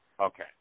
Okay